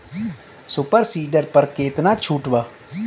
Super seeder पर केतना छूट बा?